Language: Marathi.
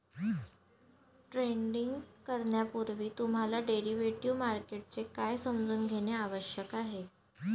ट्रेडिंग करण्यापूर्वी तुम्हाला डेरिव्हेटिव्ह मार्केटचे कार्य समजून घेणे आवश्यक आहे